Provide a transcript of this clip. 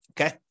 Okay